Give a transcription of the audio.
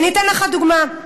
אתן לך דוגמה: